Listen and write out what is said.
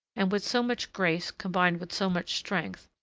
and with so much grace combined with so much strength,